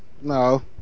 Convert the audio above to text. No